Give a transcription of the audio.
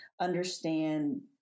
understand